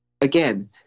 again